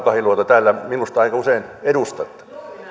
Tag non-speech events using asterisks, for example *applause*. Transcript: *unintelligible* kahiluoto täällä minusta aika usein edustatte